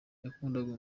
yakundaga